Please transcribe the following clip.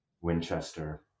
Winchester